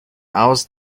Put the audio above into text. aus